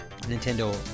Nintendo